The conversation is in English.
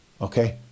Okay